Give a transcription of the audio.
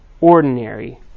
ordinary